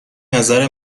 نظر